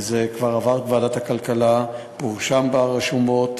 וזה כבר עבר את ועדת הכלכלה ונרשם ברשומות,